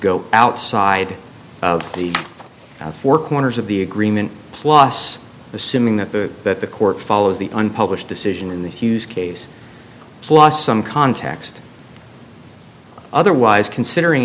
go outside the four corners of the agreement plus assuming that the that the court follows the unpublished decision in the hughes case plus some context otherwise considering